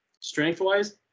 strength-wise